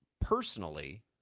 personally